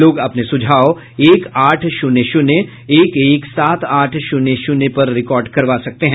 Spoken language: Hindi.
लोग अपने सुझाव एक आठ शून्य शून्य एक एक सात आठ शून्य शून्य पर रिकार्ड करवा सकते हैं